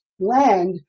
land